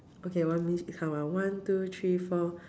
okay want me count ah one two three four